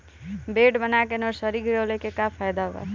Bed बना के nursery गिरवले के का फायदा बा?